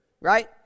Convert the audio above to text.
right